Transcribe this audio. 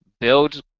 build